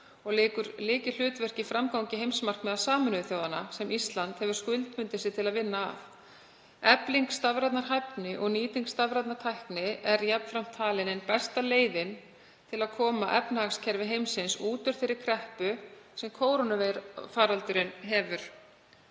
lykilhlutverk í framgangi heimsmarkmiða Sameinuðu þjóðanna sem Ísland hefur skuldbundið sig til að vinna að. Efling stafrænnar hæfni og nýting stafrænnar tækni er jafnframt talin ein besta leiðin til að koma efnahagskerfi heimsins út úr þeirri kreppu sem kórónuveirufaraldurinn hefur